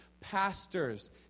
pastors